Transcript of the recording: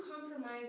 compromise